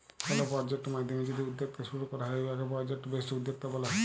call project মাইধ্যমে যদি উদ্যক্তা শুরু ক্যরা হ্যয় উয়াকে পরজেক্ট বেসড উদ্যক্তা ব্যলে